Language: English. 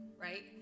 right